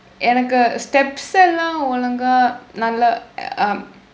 எனக்கு:enakku steps எல்லாம் ஒழுங்கா நல்லா:ellaam ozhungkaa nallaa um